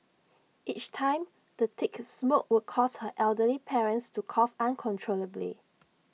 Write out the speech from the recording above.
each time the thick smoke would cause her elderly parents to cough uncontrollably